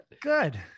Good